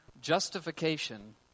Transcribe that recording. Justification